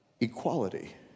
equality